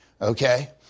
Okay